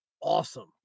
awesome